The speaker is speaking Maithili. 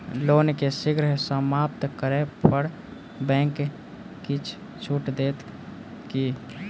लोन केँ शीघ्र समाप्त करै पर बैंक किछ छुट देत की